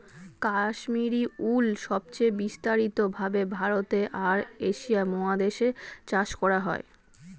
কাশ্মীরি উল সবচেয়ে বিস্তারিত ভাবে ভারতে আর এশিয়া মহাদেশে চাষ করা হয়